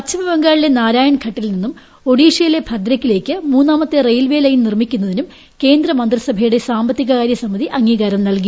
പശ്ചിമ ബംഗാളിലെ നാരായിൺ ്ഘട്ടിൽ നിന്നും ഒഡീഷയിലെ ഭദ്രഖിലേക്ക് മൂന്നാമത്തെ ഐയിൽവേ ലൈൻ നിർമ്മിക്കുന്നതിനും കേന്ദ്രമന്ത്രിസഭയുടെ സ്സാ്മ്പത്തികകാര്യ സമിതി അംഗീകാരം നല്കി